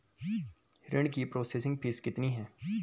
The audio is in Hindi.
ऋण की प्रोसेसिंग फीस कितनी है?